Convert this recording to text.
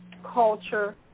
culture